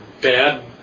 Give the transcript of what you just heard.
bad